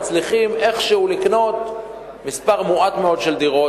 אנחנו מצליחים איכשהו לקנות מספר מועט מאוד של דירות.